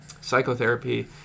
psychotherapy